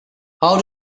how